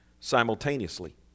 simultaneously